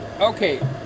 Okay